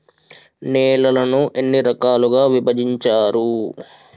నేలలను ఎన్ని రకాలుగా విభజించారు?